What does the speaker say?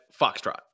Foxtrot